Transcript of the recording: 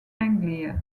anglia